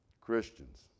Christians